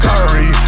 Curry